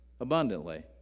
Abundantly